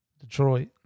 Detroit